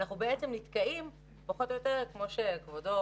ואנחנו בעצם נתקעים כמו שכבודו,